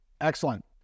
Excellent